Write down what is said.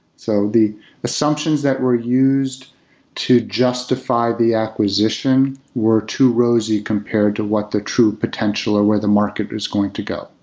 so the assumptions that were used to justify the acquisition were too rosy compared to what the true potential or where the market is going to go.